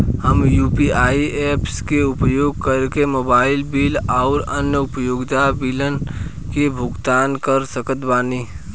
हम UPI apps के उपयोग करके मोबाइल बिल आउर अन्य उपयोगिता बिलन के भुगतान कर सकत बानी